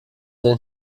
den